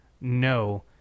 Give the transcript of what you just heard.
no